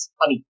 honey